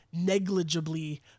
negligibly